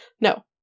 No